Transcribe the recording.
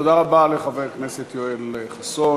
תודה רבה לחבר הכנסת יואל חסון.